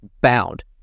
bound